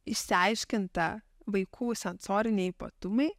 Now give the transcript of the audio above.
išsiaiškinta vaikų sensoriniai ypatumai